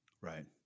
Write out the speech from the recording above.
Right